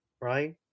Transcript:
right